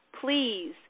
please